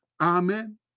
Amen